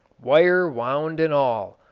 wire wound and all,